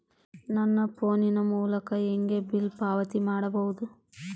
ನನ್ನ ಫೋನ್ ಮೂಲಕ ಹೇಗೆ ಬಿಲ್ ಪಾವತಿ ಮಾಡಬಹುದು?